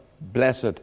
blessed